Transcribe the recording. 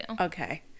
okay